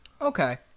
okay